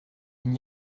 n’y